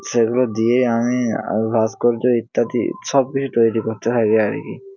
সেগুলো দিয়ে আমি আরও ভাস্কর্য ইত্যাদি সব কিছু তৈরি করতে হয় এই আর কি